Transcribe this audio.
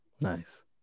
Nice